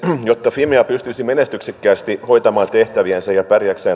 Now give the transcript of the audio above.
jotta fimea pystyisi menestyksekkäästi hoitamaan tehtäviänsä ja